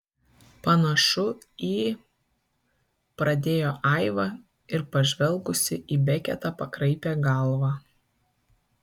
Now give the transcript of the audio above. panašu į pradėjo aiva ir pažvelgusi į beketą pakraipė galvą